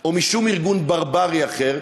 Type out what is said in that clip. או מכל ארגון ברברי אחר,